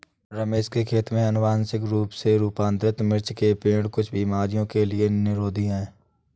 रमेश के खेत में अनुवांशिक रूप से रूपांतरित मिर्च के पेड़ कुछ बीमारियों के लिए निरोधी हैं